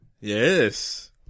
Yes